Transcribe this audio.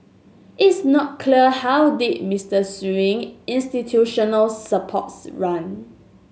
it's not clear how deep Mister Sewing institutional supports run